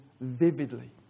vividly